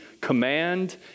command